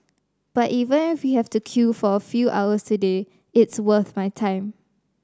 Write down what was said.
but even if we have to queue for a few hours today it's worth my time